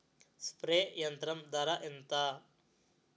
Spray యంత్రం ధర ఏంతా?